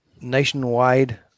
nationwide